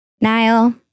Niall